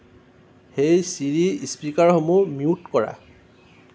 হেই Siri স্পীকাৰসমূহ mute কৰা